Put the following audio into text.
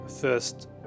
first